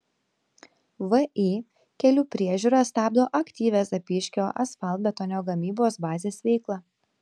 vį kelių priežiūra stabdo aktyvią zapyškio asfaltbetonio gamybos bazės veiklą